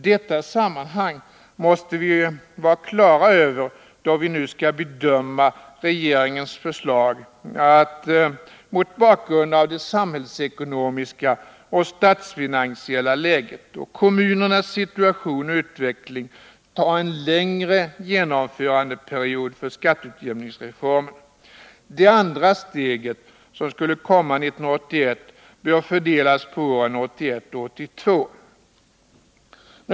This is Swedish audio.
Detta sammanhang måste vi ha klart för oss då vi nu skall bedöma regeringens förslag att — mot bakgrunden av det samhällsekonomiska och statsfinansiella läget och mot bakgrunden av kommunernas situation och utveckling — ta en längre genomförandeperiod för skatteutjämningsreformen. Det andra steget, som skulle komma 1981, bör fördelas på åren 1981 och 1982.